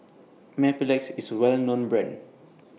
Mepilex IS A Well known Brand